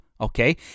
okay